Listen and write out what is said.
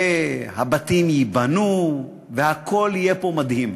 והבתים ייבנו, והכול יהיה פה מדהים.